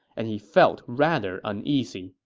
and he felt rather uneasy